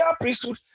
priesthood